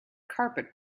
carpet